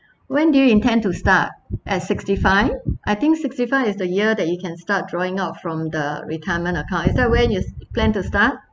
when do you intend to start at sixty five I think sixty five is the year that you can start drawing out from the retirement account is that when you plan to start